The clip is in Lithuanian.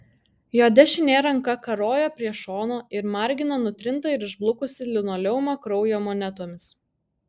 jo dešinė ranka karojo prie šono ir margino nutrintą ir išblukusį linoleumą kraujo monetomis